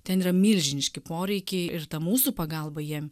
ten yra milžiniški poreikiai ir ta mūsų pagalba jiem